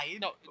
No